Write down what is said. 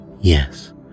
Yes